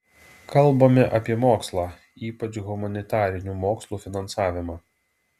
kalbame apie mokslą ypač humanitarinių mokslų finansavimą